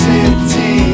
City